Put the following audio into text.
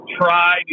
try